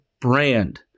brand